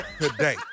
Today